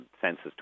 census